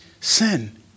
sin